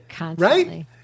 Right